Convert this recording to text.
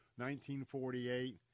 1948